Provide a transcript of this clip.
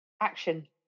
action